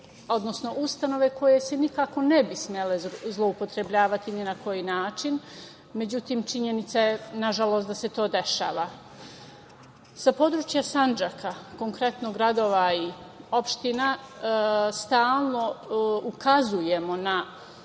odnosno ustanove koje se nikako ne bi smele zloupotrebljavati ni na koji način, međutim činjenica je nažalost da se to dešava. Sa područja Sandžaka, konkretno gradova i opština stalno ukazujemo na